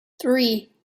three